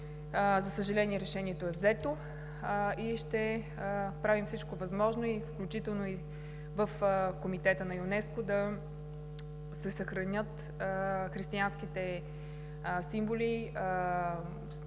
за съжаление, че решението е взето и ще правим всичко възможно, включително и в Комитета на ЮНЕСКО, за да се съхранят християнските символи